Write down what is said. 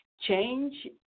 change